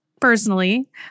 personally